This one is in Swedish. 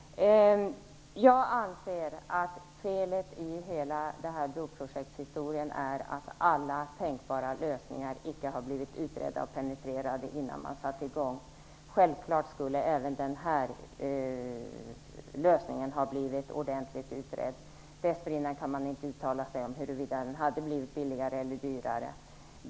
Jag anser att felet med hela detta broprojekt är att alla tänkbara lösningar icke har blivit utredda och penetrerade innan man satte i gång projektet. Självklart skulle även den här lösningen ha blivit ordentligt utredd. Dessförinnan kan man inte uttala sig om huruvida den hade blivit billigare eller dyrare.